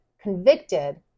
convicted